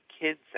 kids